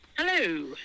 Hello